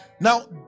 Now